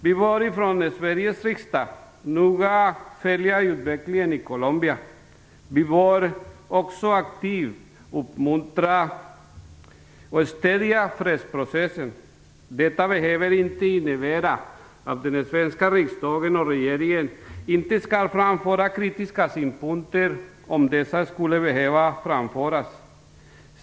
Vi bör från Sveriges riksdag noga följa utvecklingen i Colombia. Vi bör också aktivt uppmuntra och stödja fredsprocessen. Detta behöver inte innebära att den svenska riksdagen och regeringen inte skall framföra kritiska synpunkter om sådana skulle behöva framföras.